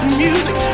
music